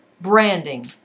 Branding